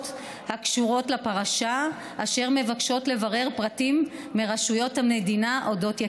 הקשורות לפרשה אשר מבקשות לברר פרטים מרשויות המדינה על אודות יקיריהן.